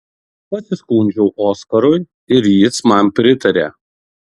pasiskundžiau oskarui ir jis man pritarė